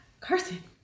carson